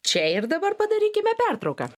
čia ir dabar padarykime pertrauką